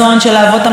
דמוקרטית,